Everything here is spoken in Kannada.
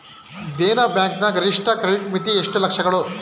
ದೇನಾ ಬ್ಯಾಂಕ್ ನ ಗರಿಷ್ಠ ಕ್ರೆಡಿಟ್ ಮಿತಿ ಎಷ್ಟು ಲಕ್ಷಗಳು?